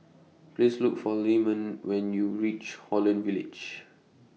Please Look For Lyman when YOU REACH Holland Village